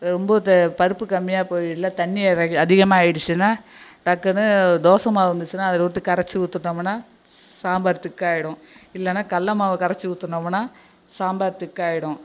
ரொம்ப த பருப்பு கம்மியாக போய் இல்லை தண்ணியை வே அதிகமாயிடுச்சினால் டக்குனு தோசைமாவு இருந்துச்சினால் அதுலவிட்டு கரைச்சி ஊத்துட்டோமுன்னால் சாம்பார் திக்காகிடும் இல்லைன்னா கடலமாவ கரைச்சி ஊத்துனோமுன்னால் சாம்பார் திக்காகிடும்